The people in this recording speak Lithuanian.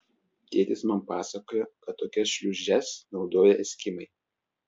tėtis man pasakojo kad tokias šliūžes naudoja eskimai